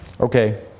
Okay